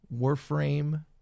Warframe